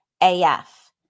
AF